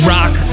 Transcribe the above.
Rock